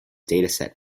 dataset